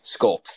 sculpt